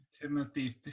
Timothy